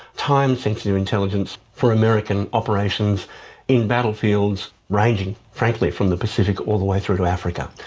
time-sensitive intelligence for american operations in battlefields ranging frankly from the pacific all the way through to africa.